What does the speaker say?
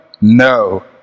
no